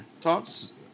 Talks